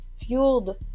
fueled